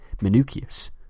Minucius